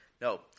No